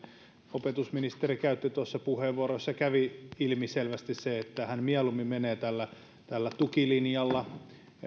opetusministeri käytti tuossa puheenvuoron jossa kävi ilmi selvästi se että hän mieluummin menee tällä tällä tukilinjalla